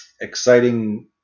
exciting